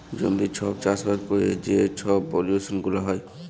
জমিতে ছব চাষবাস ক্যইরে যে ছব পলিউশল গুলা হ্যয়